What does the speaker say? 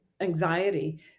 anxiety